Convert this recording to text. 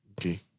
Okay